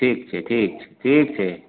ठीक छै ठीक छै ठीक छै